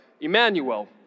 Emmanuel